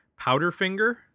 Powderfinger